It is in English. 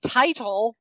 title